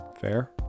Fair